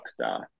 Rockstar